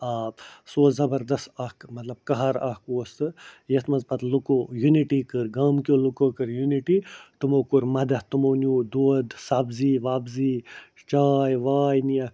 یعنی کہ آب سُہ اوس زبردَس اَکھ مطلب قہر اوس سُہ یَتھ منٛز پتہٕ لُکَو یوٗنِٹی کٔر گامہ کیٚو لُکَو کٔر یوٗنِٹی تمَو کوٚر مدتھ تِمَو نیُو دۄد سبزی وبزی چاے واے نِیَکھ